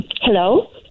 Hello